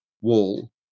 wall